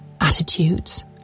attitudes